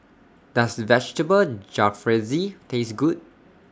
Does Vegetable Jalfrezi Taste Good